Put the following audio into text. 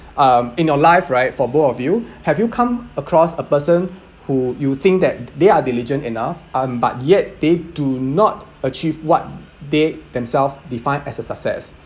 um in your life right for both of you have you come across a person who you think that they are diligent enough um but yet they do not achieve what they themselves defined as a success